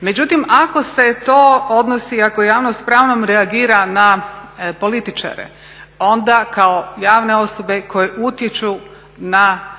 Međutim, ako se to odnosi, ako javnost s pravom reagira na političare onda kao javne osobe koje utječu na život